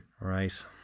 Right